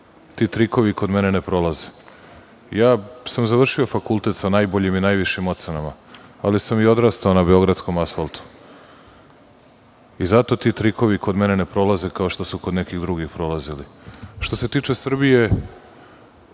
ti trikovi kod mene ne prolaze. Ja sam završio fakultet sa najboljim i najvišim ocenama, ali sam i odrastao na beogradskom asfaltu. Zato ti trikovi kod mene ne prolaze kao što su kod nekih drugih prolazili. Što se tiče Srbije,